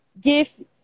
give